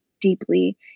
deeply